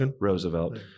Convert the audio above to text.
Roosevelt